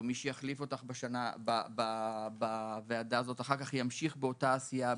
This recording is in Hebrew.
או מי שיחליף אותך בוועדה הזאת אחר כך ימשיך באותה עשייה,